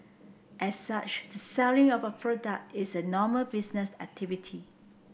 as such the selling of our product is a normal business activity